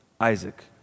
Isaac